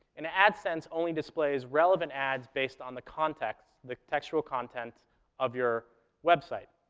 and adsense only displays relevant ads based on the context, the textual content of your website.